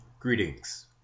Greetings